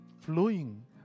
flowing